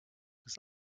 des